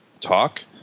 talk